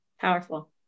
Powerful